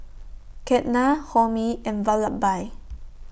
Ketna Homi and Vallabhbhai